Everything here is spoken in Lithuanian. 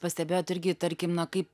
pastebėjot irgi tarkim na kaip